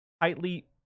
tightly